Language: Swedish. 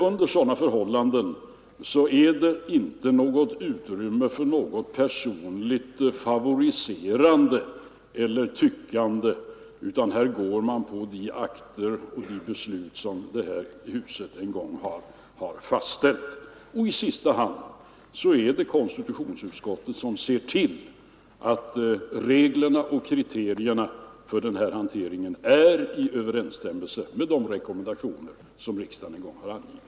Under sådana förhållanden finns inget utrymme för personligt favoriserande eller tyckande, utan man följer vad som är fö reskrivet i de beslut som en gång har fastställts av riksdagen. I sista hand är det konstitutionsutskottet som ser till att reglerna och kriterierna tioner som riksdagen en gång har angivit.